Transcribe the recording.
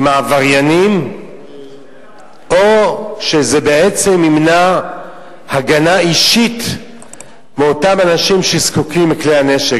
העבריינים או שזה ימנע הגנה אישית מאותם אנשים שזקוקים לכלי הנשק.